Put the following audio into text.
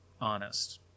honest